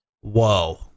Whoa